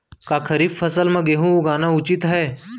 का खरीफ फसल म गेहूँ लगाना उचित है?